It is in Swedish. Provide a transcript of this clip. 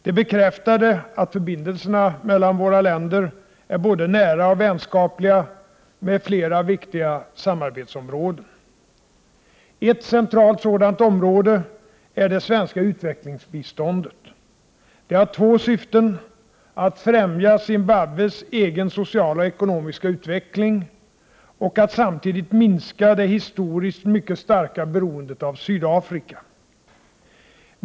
De bekräftade att förbindelserna mellan våra länder är både nära och vänskapliga, med flera viktiga samarbetsområden. Ett centralt sådant område är det svenska utvecklingsbiståndet. Det har två syften — att främja Zimbabwes egen sociala och ekonomiska utveckling och att samtidigt minska det historiskt mycket starka beroendet av Sydafrika.